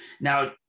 Now